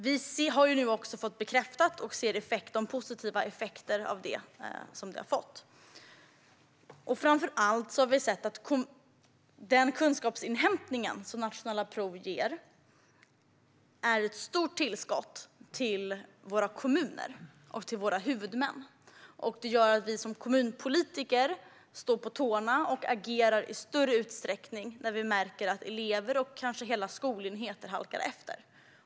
Vi har nu också fått bekräftelse på och ser de positiva effekterna av vad detta har gett. Framför allt har vi sett att den kunskapsinhämtning som nationella prov ger är ett stort tillskott till kommunerna, huvudmännen. Det gör att kommunpolitiker kan stå på tårna och agera i större utsträckning när de märker att elever och kanske hela skolenheter halkar efter.